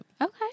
Okay